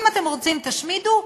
אם אתם רוצים תשמידו,